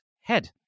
head